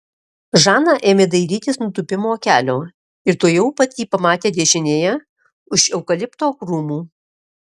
žana ėmė dairytis nutūpimo kelio ir tuoj pat jį pamatė dešinėje už eukalipto krūmų